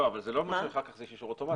לא יהיה אישור אוטומטי.